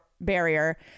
barrier